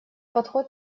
подход